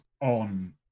on